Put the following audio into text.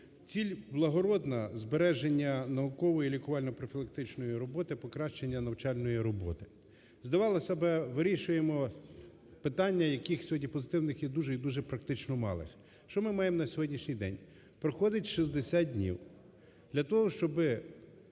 Ціль благородна, збереження наукової і лікувально-профілактичної роботи, покращення навчальної роботи. Здавалося би, вирішуємо питання, яких сьогодні позитивних є дуже і дуже практично мало. Що ми маємо на сьогоднішній день? Проходить 60 днів, для того, щоби